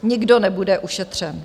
Nikdo nebude ušetřen.